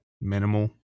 minimal